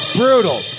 brutal